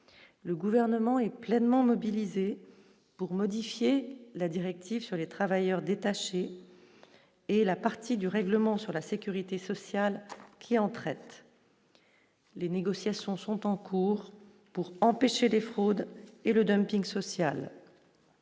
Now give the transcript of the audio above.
le gouvernement est pleinement mobilisée pour modifier la directive sur les travailleurs détachés et la partie du règlement sur la sécurité sociale qui en traite les négociations sont en cours pour empêcher des fraudes et le dumping social,